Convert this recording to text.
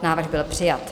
Návrh byl přijat.